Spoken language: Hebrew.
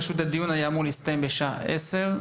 פשוט הדיון היה אמור להסתיים בשעה עשר,